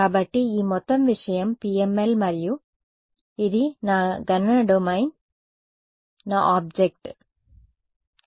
కాబట్టి ఈ మొత్తం విషయం PML మరియు ఇది నా గణన డొమైన్ నా ఆబ్జెక్ట్ సరే